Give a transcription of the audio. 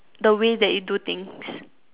the way that you do things